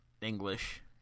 English